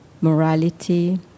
morality